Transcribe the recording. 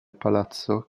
palazzo